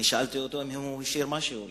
אני שאלתי אותו אם הוא השאיר משהו לי.